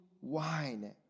wine